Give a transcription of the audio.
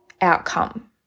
outcome